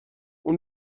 اون